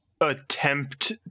attempt